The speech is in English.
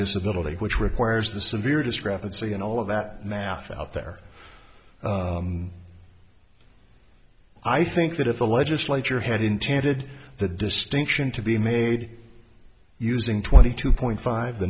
disability which requires the severe discrepancy and all of that math out there i think that if the legislature had intended the distinction to be made using twenty two point five the